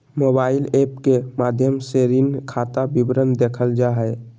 mobile app के माध्यम से ऋण खाता विवरण देखल जा हय